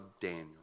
Daniel